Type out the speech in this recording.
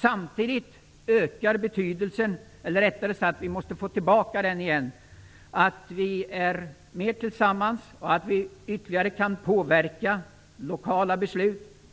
Samtidigt ökar betydelsen av att vi är mer tillsammans och påverkar lokala,